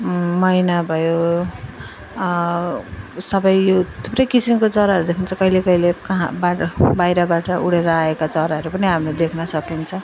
मैना भयो सब यो थुप्रै किसिमको चराहरू देखिन्छ कहिले कहिले कहाँबाट बाहिरबाट उडेर आएका चराहरू पनि हामी देख्न सकिन्छ